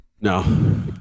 No